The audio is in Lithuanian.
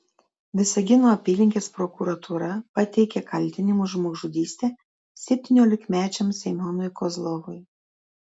visagino apylinkės prokuratūra pateikė kaltinimus žmogžudyste septyniolikmečiam semionui kozlovui